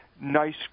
Nice